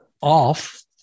off